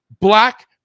black